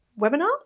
webinar